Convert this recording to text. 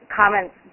comments